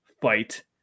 fight